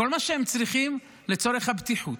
כל מה שהם צריכים לצורך הבטיחות.